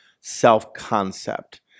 self-concept